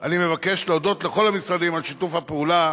אני מבקש להודות לכל המשרדים על שיתוף הפעולה